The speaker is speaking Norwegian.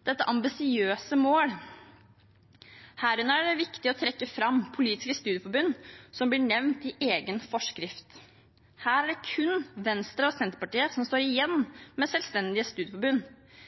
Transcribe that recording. Dette er ambisiøse mål. Herunder er det viktig å trekke fram politiske studieforbund, som blir nevnt i egen forskrift. Her er det kun Venstre og Senterpartiet som står